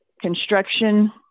construction